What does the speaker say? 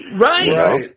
Right